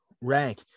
rank